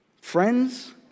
friends